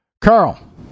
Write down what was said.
Carl